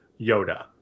Yoda